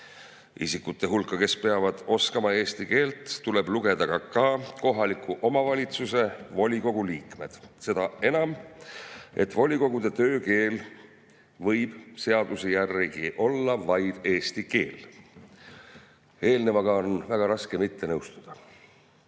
Isikute hulka, kes peavad oskama eesti keelt, tuleb lugeda ka kohaliku omavalitsuse volikogu liikmed, seda enam, et volikogude töökeel võib seaduse järgi olla vaid eesti keel."Eelnevaga on väga raske mitte nõustuda.